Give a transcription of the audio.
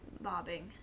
bobbing